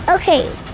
Okay